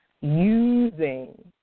Using